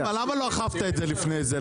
למה לא אכפת את זה לפני זה?